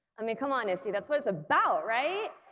i mean come on iste, that's what it's about right!